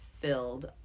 filled